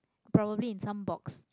probably in some box